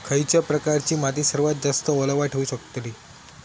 खयच्या प्रकारची माती सर्वात जास्त ओलावा ठेवू शकतली?